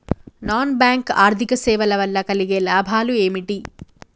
Non bank ఆర్థిక సేవల వల్ల కలిగే లాభాలు ఏమిటి?